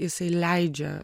jisai leidžia